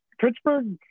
Pittsburgh